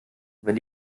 wenn